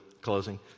closing